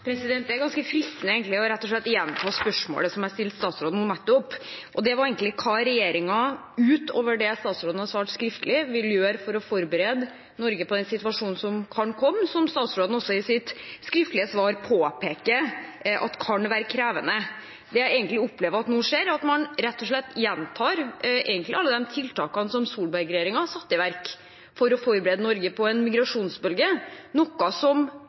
Det er ganske fristende rett og slett å gjenta spørsmålet som jeg stilte til statsråden nå nettopp. Det var hva regjeringen utover det statsråden har svart skriftlig, vil gjøre for å forberede Norge på den situasjonen som kan komme, og som statsråden også i sitt skriftlige svar påpeker at kan være krevende. Det jeg egentlig opplever at nå skjer, er at man rett og slett gjentar alle de tiltakene som Solberg-regjeringen har satt i verk for å forberede Norge på en migrasjonsbølge, noe som